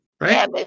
right